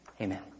Amen